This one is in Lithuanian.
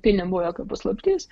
tai nebuvo jokia paslaptis